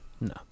No